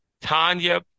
Tanya